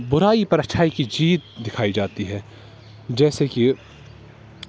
برائی پر اچھائی کی جیت دکھائی جاتی ہے جیسے کہ